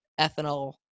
ethanol